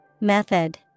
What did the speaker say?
Method